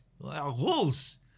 Rules